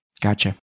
Gotcha